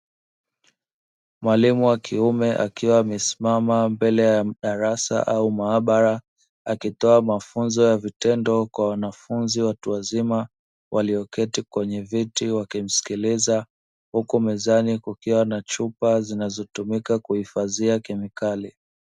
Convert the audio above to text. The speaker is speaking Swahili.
Mwalimu wa kiume akiwa amesimama mbele ya darasa ama maabara akitoa mafunzo ya vitendo kwa wanafunzi watu wazima walioketi kwenye viti wakimsikiliza huku mezani kukiwa na chupa zinazotumika kuhifadhia kemikali.